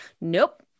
Nope